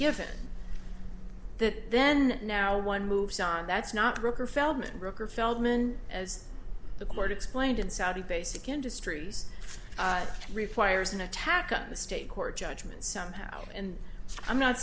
given that then now one moves on that's not broke or feldman brooker feldman as the court explained in saudi basic industries requires an attack on the state court judgement somehow and i'm not